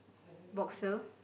boxer